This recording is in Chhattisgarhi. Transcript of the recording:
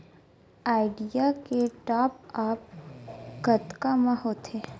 आईडिया के टॉप आप कतका म होथे?